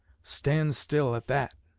stand still at that